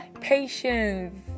patience